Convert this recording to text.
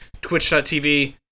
twitch.tv